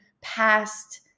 past